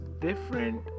different